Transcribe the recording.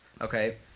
okay